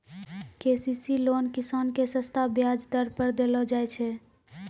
KCC loan किसान के सस्ता ब्याज दर पर देलो जाय छै